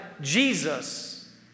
Jesus